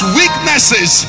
weaknesses